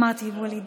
אמרתי ווליד,